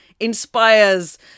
inspires